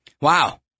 Wow